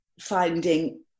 finding